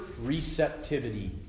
receptivity